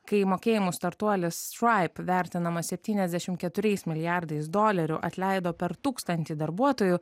kai mokėjimų startuolis skype vertinamas septyniasdešimt keturiais milijardais dolerių atleido per tūkstantį darbuotojų